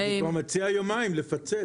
הוא כבר מציע יומיים לפצל.